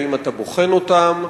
האם אתה בוחן אותן?